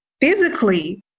physically